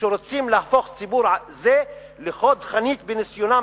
שרוצים להפוך ציבור זה לחוד חנית בניסיונם